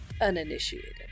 uninitiated